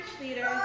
leaders